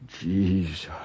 Jesus